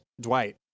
dwight